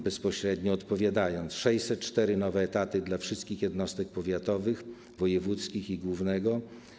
Bezpośrednio odpowiadam: 604 nowe etaty dla wszystkich jednostek powiatowych, wojewódzkich i głównego inspektoratu.